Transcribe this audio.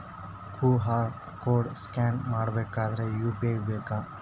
QR code scan ಮಾಡಬೇಕಾದರೆ UPI ಬೇಕಾ?